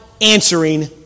answering